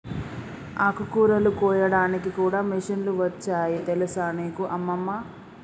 ఆకుకూరలు కోయడానికి కూడా మిషన్లు వచ్చాయి తెలుసా నీకు అమ్మమ్మ